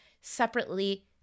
separately